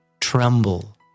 tremble